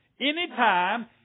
anytime